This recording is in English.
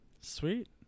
Sweet